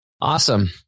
Awesome